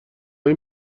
این